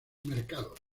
mercados